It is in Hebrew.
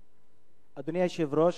אדוני היושב-ראש,